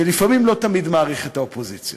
ולפעמים לא תמיד מעריך את האופוזיציה.